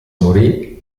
morì